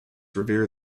revere